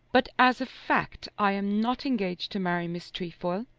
but as a fact i am not engaged to marry miss trefoil,